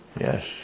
yes